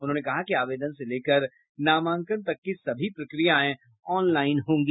उन्होंने कहा कि आवेदन से लेकर नामांकन तक की सभी प्रक्रियाएं ऑनलाईन होंगी